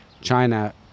China